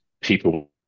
people